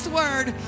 word